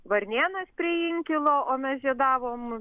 varnėnas prie inkilo o mes žiedavom